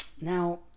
Now